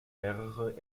mehrere